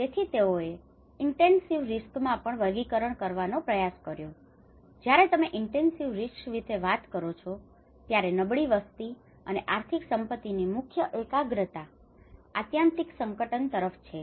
તેથી તેઓએ ઇન્ટેન્સીવ રિસ્કમાં વર્ગીકરણ કરવાનો પ્રયાસ કર્યો અને જ્યારે તમે ઇન્ટેન્સીવ રિસ્ક વિશે વાત કરો છો ત્યારે નબળી વસ્તી અને આર્થિક સંપત્તિની મુખ્ય એકાગ્રતા આત્યંતિક સંકટ તરફ છે